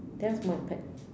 that has more impact